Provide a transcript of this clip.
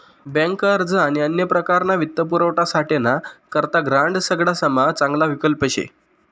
bank अर्ज आणि अन्य प्रकारना वित्तपुरवठासाठे ना करता ग्रांड सगडासमा चांगला विकल्प शे